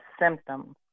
symptoms